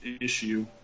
issue